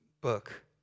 book